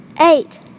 eight